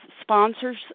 sponsors